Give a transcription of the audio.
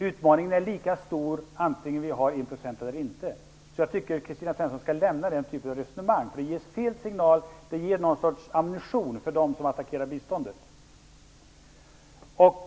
Utmaningen blir lika stor vare sig vi har 1 % som mål eller inte. Jag tycker att Kristina Svensson skall lämna den typen av resonemang därhän. Det ger fel signal och något slags ammunition för dem som attackerar biståndet.